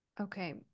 Okay